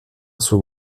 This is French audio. son